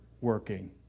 working